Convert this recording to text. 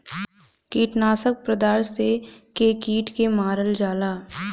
कीटनाशक पदार्थ से के कीट के मारल जाला